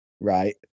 right